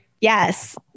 Yes